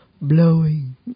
blowing